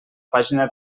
pàgina